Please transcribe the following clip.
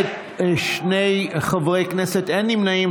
שני מתנגדים, אין נמנעים.